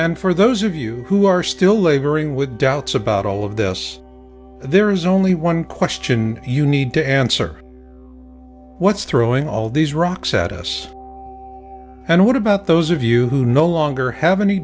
and for those of you who are still laboring with doubts about all of this there is only one question you need to answer what's throwing all these rocks at us and what about those of you who no longer have any